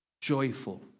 joyful